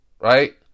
right